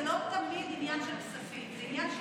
וגם כמי שעוסקת תמיד בנושאים הללו, זה באמת משהו